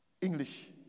English